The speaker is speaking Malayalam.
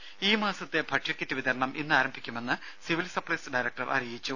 രുമ ഈ മാസത്തെ ഭക്ഷ്യക്കിറ്റ് വിതരണം ഇന്ന് ആരംഭിക്കുമെന്ന് സിവിൽ സപ്ലൈസ് ഡയറക്ടർ അറിയിച്ചു